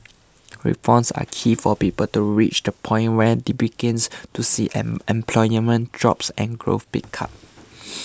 reforms are key for people to reach the point where they begins to see unemployment drops and growth pick up